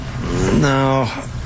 No